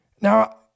now